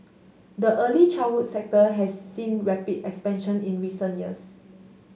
the early childhood sector has seen rapid expansion in recent years